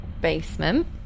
basement